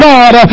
God